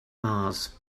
mars